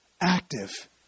active